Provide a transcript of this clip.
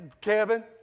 Kevin